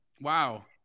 Wow